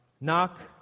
Knock